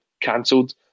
cancelled